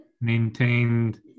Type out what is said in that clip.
maintained